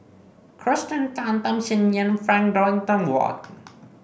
Kirsten Tan Tham Sien Yen and Frank Dorrington Ward